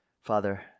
Father